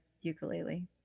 ukulele